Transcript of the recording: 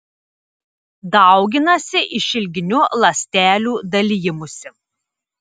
dauginasi išilginiu ląstelių dalijimusi